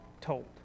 told